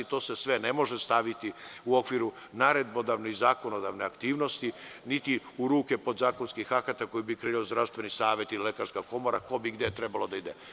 Ne može se to sve staviti u okviru naredbodavne i zakonodavne aktivnosti, niti u ruku podzakonskih akata koje bi kreirao Zdravstveni savet ili Lekarska komora, ko bi trebao gde da ide.